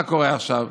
מה קורה עכשיו?